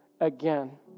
again